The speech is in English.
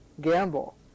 gamble